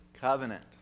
covenant